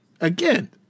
again